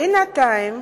בינתיים,